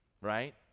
right